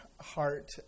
heart